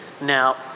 Now